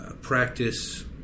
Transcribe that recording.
practice